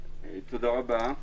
תודה רבה.